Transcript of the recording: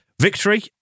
victory